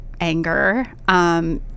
anger